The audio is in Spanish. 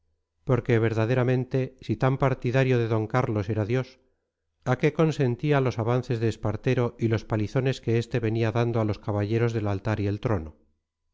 porque verdaderamente si tan partidario de d carlos era dios a qué consentía los avances de espartero y los palizones que este venía dando a los caballeros del altar y el trono